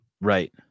Right